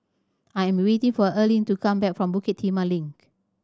I'm waiting for Erling to come back from Bukit Timah Link